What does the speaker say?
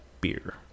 beer